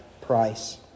price